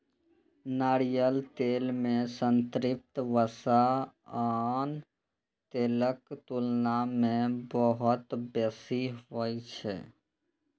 नारियल तेल मे संतृप्त वसा आन तेलक तुलना मे बहुत बेसी होइ छै